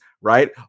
right